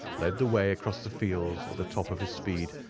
led the way across the fields at the top of his speed,